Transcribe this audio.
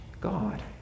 God